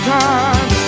time